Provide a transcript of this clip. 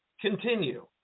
continue